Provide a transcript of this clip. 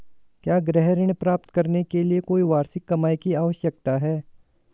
क्या गृह ऋण प्राप्त करने के लिए कोई वार्षिक कमाई की आवश्यकता है?